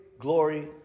Glory